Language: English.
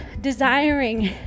desiring